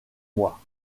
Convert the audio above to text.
mois